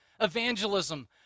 evangelism